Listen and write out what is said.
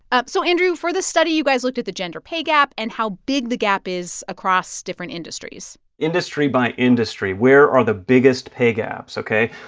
ah so, andrew, for this study, you guys looked at the gender pay gap and how big the gap is across different industries industry by industry, where are the biggest pay gaps? ok,